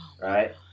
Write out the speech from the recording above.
right